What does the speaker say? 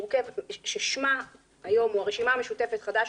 ששמה היום הוא הרשימה המשותפת חד"ש,